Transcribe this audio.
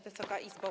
Wysoka Izbo!